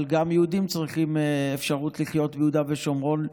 אבל גם יהודים צריכים את האפשרות לחיות ביהודה ושומרון,